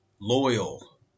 loyal